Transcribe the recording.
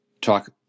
talk